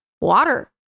water